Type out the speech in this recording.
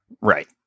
Right